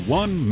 one